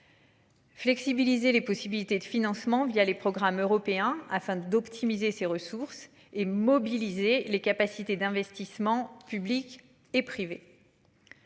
Flexibiliser les possibilités de financement via les programmes européens afin d'optimiser ses ressources et mobiliser les capacités d'investissements publics et privés.